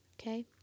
okay